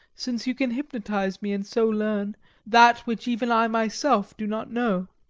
since you can hypnotise me and so learn that which even i myself do not know.